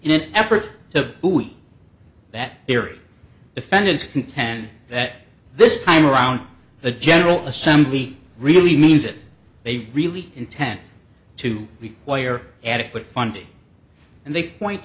in an effort to that theory defendants contend that this time around the general assembly really means that they really intend to require adequate funding and they point